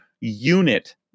unit